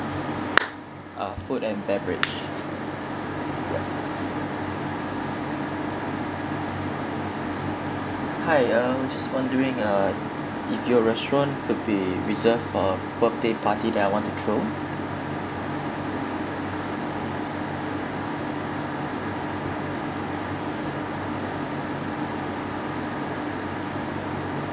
uh food and beverage yup hi um I just wondering uh if your restaurant could be reserved for a birthday party that I want to throw